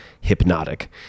Hypnotic